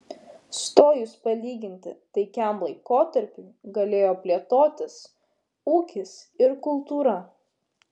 stojus palyginti taikiam laikotarpiui galėjo plėtotis ūkis ir kultūra